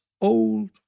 old